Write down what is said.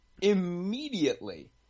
immediately